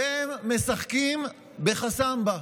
והם משחקים בחסמב"ה,